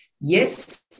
yes